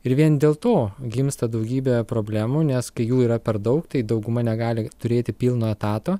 ir vien dėl to gimsta daugybė problemų nes kai jų yra per daug tai dauguma negali turėti pilno etato